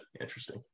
interesting